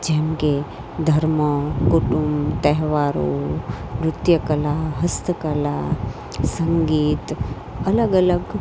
જેમકે ધર્મ કુટુંબ તહેવારો નૃત્યકલા હસ્તકલા સંગીત અલગ અલગ